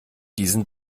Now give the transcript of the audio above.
diesen